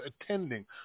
attending